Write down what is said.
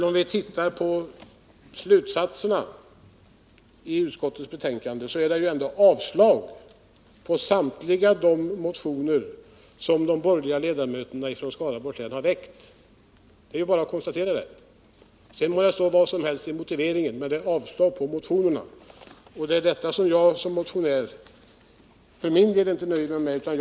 Om vi tittar på slutsatserna i utskottsbetänkandet har vi bara att konstatera att utskottet förordar avslag på samtliga motioner som de borgerliga ledamöterna från Skaraborgs län har väckt. Sedan må det stå vad som helst i motiveringen. Utskottet avstyrker motionerna, något som jag som motionär inte nöjer mig med.